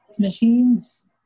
machines